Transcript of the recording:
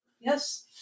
Yes